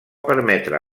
permetre